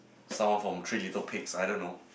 someone from Three Little Pigs I don't know